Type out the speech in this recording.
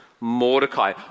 Mordecai